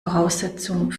voraussetzung